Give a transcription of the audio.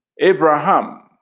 Abraham